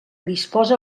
disposa